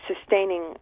sustaining